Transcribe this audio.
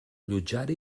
allotjar